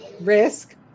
risk